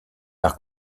par